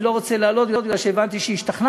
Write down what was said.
אבל אני לא רוצה להעלות כי הבנתי שהשתכנעתם.